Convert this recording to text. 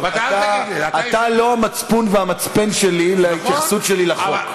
אתה לא המצפון והמצפן שלי להתייחסות שלי לחוק,